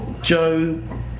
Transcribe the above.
Joe